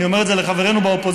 אני אומר את זה לחברינו באופוזיציה,